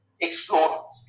explore